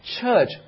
church